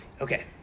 okay